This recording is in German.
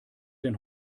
denn